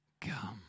come